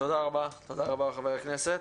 תודה רבה לחבר הכנסת.